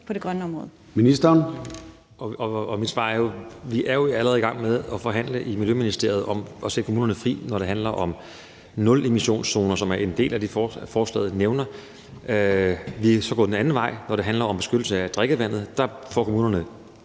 (Magnus Heunicke): Mit svar er jo, at vi allerede er i gang med at forhandle i Miljøministeriet om at sætte kommunerne fri, når det handler om nulemissionszoner, som er en del af det, forslaget nævner. Vi er så gået den anden vej, når det handler om beskyttelse af drikkevandet. Der får kommunerne